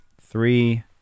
three